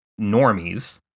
normies